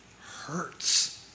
hurts